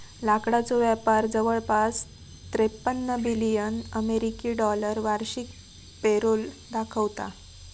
लाकडाचो व्यापार जवळपास त्रेपन्न बिलियन अमेरिकी डॉलर वार्षिक पेरोल दाखवता